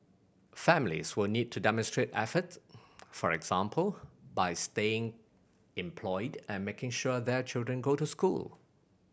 families will need to demonstrate efforts for example by staying employed and making sure their children go to school